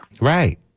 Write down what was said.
Right